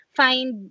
find